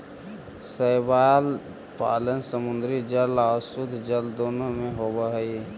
शैवाल पालन समुद्री जल आउ शुद्धजल दोनों में होब हई